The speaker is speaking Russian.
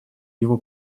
его